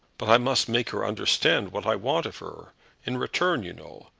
but i must make her understand what i want of her in return, you know.